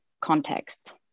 context